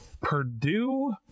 Purdue